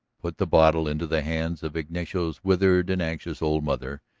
put the bottle into the hands of ignacio's withered and anxious old mother,